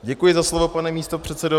Děkuji za slovo, pane místopředsedo.